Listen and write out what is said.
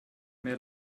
mehr